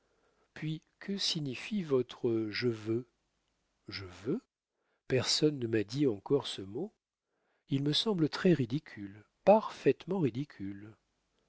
puis que signifie votre je veux je veux personne ne m'a dit encore ce mot il me semble très-ridicule parfaitement ridicule